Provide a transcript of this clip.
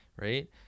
right